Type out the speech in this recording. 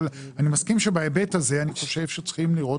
אבל אני מסכים שבהיבט הזה צריכים לראות